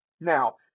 Now